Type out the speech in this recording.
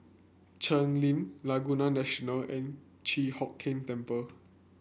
Cheng Lim Laguna National and Chi Hock Keng Temple